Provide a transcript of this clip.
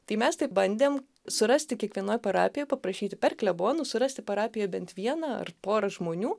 tai mes taip bandėm surasti kiekvienoj parapijoj paprašyti per klebonus surasti parapijoj bent vieną ar porą žmonių